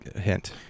hint